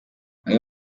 amwe